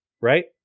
right